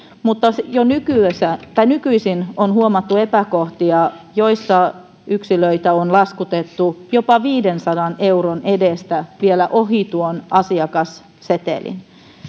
mutta jo nykyisin on huomattu epäkohtia joissa yksilöitä on laskutettu jopa viidensadan euron edestä vielä ohi tuon asiakassetelin